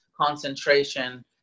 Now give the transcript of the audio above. concentration